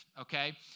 Okay